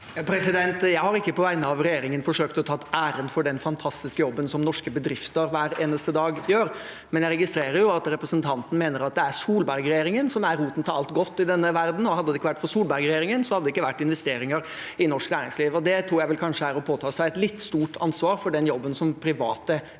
Jeg har ikke på vegne av regjeringen forsøkt å ta æren for den fantastiske jobben som norske bedrifter gjør hver eneste dag, men jeg registrerer at representanten mener at det er Solberg-regjeringen som er roten til alt godt i denne verden – hadde det ikke vært for Solberg-regjeringen, hadde det ikke vært investeringer i norsk næringsliv. Det tror jeg kanskje er å påta seg et litt stort ansvar for den jobben som private vekstskapere